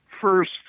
first